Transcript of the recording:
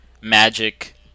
magic